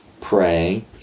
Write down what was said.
praying